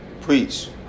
preach